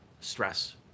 stress